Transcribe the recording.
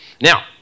Now